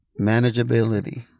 manageability